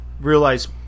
realize